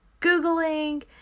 Googling